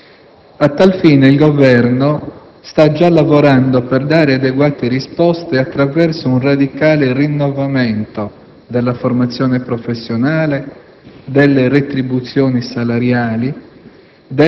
A tal fine il Governo sta già lavorando per dare adeguate risposte attraverso un radicale rinnovamento della formazione professionale, delle retribuzioni salariali,